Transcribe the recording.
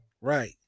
Right